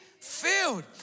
filled